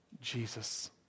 Jesus